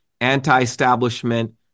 anti-establishment